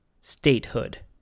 Statehood